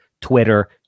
Twitter